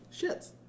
Shits